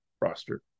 roster